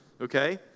Okay